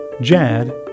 Jad